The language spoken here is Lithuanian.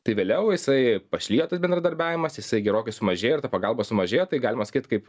tai vėliau jisai pašlijo tas bendradarbiavimas jisai gerokai sumažėjo ir ta pagalba sumažėjo tai galima sakyt kaip